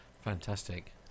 fantastic